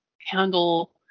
handle